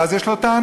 ואז יש לו טענות.